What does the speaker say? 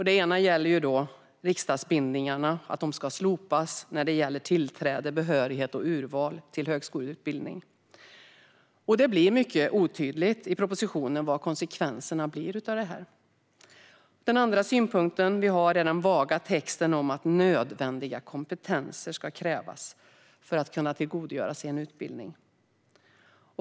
Det ena gäller att riksdagsbindningarna ska slopas när det gäller tillträde, behörighet och urval till högskoleutbildning. Det är mycket otydligt i propositionen vad konsekvenserna av detta blir. Vår andra synpunkt rör den vaga formuleringen om att det ska krävas nödvändiga kompetenser för att kunna tillgodogöra sig en utbildning.